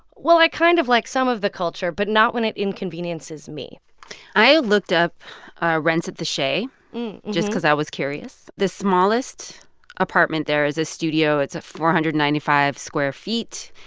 well, i kind of like some of the culture, but not when it inconveniences me i looked up rents at the shay just because i was curious. the smallest apartment there is a studio. it's ah four hundred and ninety five square feet,